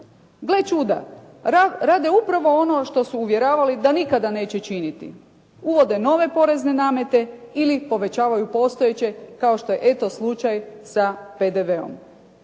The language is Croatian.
Gle čuda, rade upravo ono što su uvjeravali da nikada neće činiti, uvode nove porezne namete ili povećavaju postojeće kao što je eto slučaj sa PDV-om.